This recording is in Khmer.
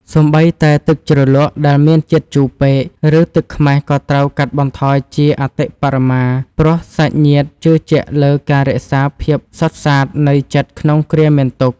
សូម្បីតែទឹកជ្រលក់ដែលមានជាតិជូរពេក ឬទឹកខ្មេះក៏ត្រូវកាត់បន្ថយជាអតិបរមា ព្រោះ សាច់ញាតិជឿជាក់លើការរក្សាភាពសុទ្ធស្អាតនៃចិត្តក្នុងគ្រាមានទុក្ខ។